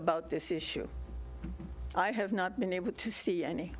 about this issue i have not been able to see any